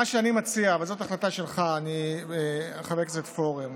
מה שאני מציע, זאת החלטה שלך, חבר הכנסת פורר,